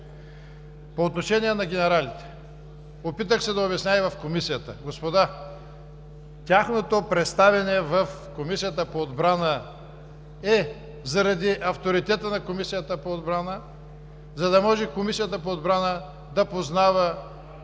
По отношение на генералите – опитах се да обясня и в Комисията. Господа, тяхното представяне в Комисията по отбрана е заради авторитета на Комисията по отбрана, за да може Комисията по отбрана да познава